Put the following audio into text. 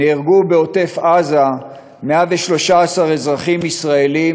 נהרגו בעוטף-עזה 113 אזרחים ישראלים